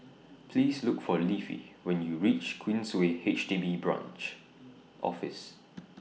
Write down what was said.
Please Look For Leafy when YOU REACH Queensway H D B Branch Office